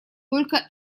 только